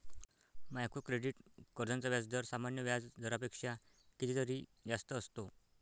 micro credit कर्जांचा व्याजदर सामान्य व्याज दरापेक्षा कितीतरी जास्त असतो